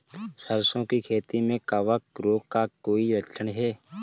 सरसों की खेती में कवक रोग का कोई लक्षण है?